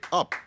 up